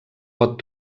pot